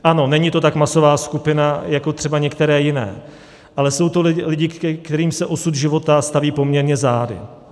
Ano, není to tak masová skupina jako třeba některé jiné, ale jsou to lidé, ke kterým se osud života staví poměrně zády.